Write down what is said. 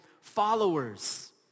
followers